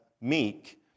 meek